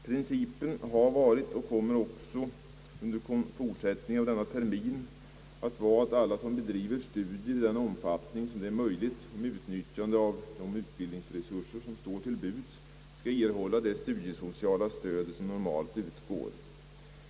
Principen har varit och kommer också under fortsättningen av denna termin att vara att alla som bedriver studier i den omfattning som det är möjligt och med utnyttjande av de utbildningsresurser som står till buds skall erhålla det studiesociala stöd som normalt utgår.